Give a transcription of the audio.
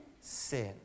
sin